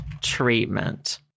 treatment